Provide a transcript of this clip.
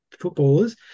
footballers